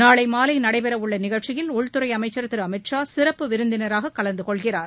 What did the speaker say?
நாளை மாலை நடைபெறவுள்ள நிகழ்ச்சியில் உள்துறை அமைச்சர் திரு அமித் ஷா சிறப்பு விருந்தினராக கலந்து கொள்கிறார்